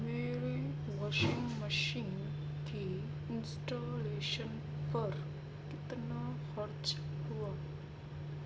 میرے washing machine کی انسٹالیشن پر کتنا خرچ ہوا